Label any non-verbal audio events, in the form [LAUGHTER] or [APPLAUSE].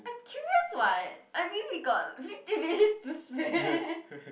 I curious [what] I mean we got fifty minutes to spare [LAUGHS]